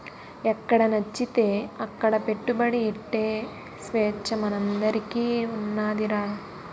ఎక్కడనచ్చితే అక్కడ పెట్టుబడి ఎట్టే సేచ్చ మనందరికీ ఉన్నాదిరా